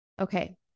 Okay